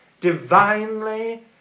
divinely